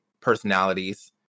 personalities